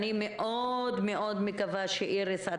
אני מאוד מאוד מקווה שאיריס,